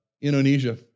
Indonesia